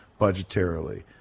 budgetarily